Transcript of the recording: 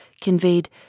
conveyed